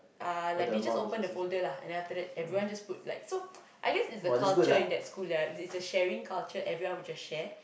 uh like they just open the folder lah and then after that everyone just put like so I guess it's the culture in that school ya it's a sharing culture everyone would just share